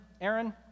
Aaron